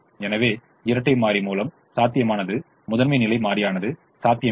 எனவே இரட்டை மாறி மூலம் சாத்தியமானது முதன்மை நிலை மாறியானது சாத்தியமில்லை